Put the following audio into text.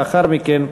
לאחר מכן,